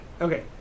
Okay